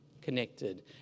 connected